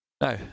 No